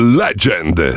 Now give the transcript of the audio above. legend